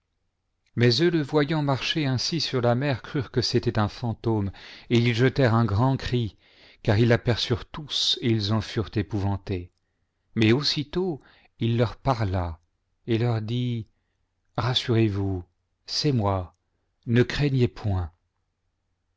mais eux le voyant marcher ainsi sur la mer crurent que c'était un fantôme et ils jetèrent un grand cri car ils l'aperçurent tous et en furent épouvantés mais aussitôt il leur parla et leur dit rassurez-vous c'est moi ne craignez point